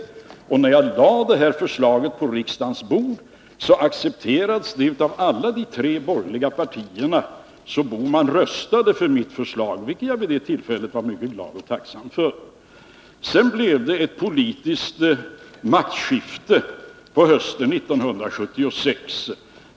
Och när jag lade det här förslaget på riksdagens bord accepterades det av alla de tre borgerliga partierna. Gösta Bohman röstade alltså för mitt förslag, vilket jag vid det tillfället var mycket glad och tacksam för. Sedan blev det politiskt maktskifte på hösten 1976.